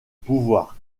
pouvoirs